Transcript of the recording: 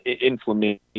inflammation